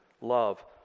Love